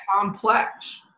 complex